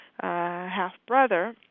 half-brother